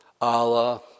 Allah